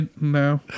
no